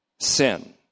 sin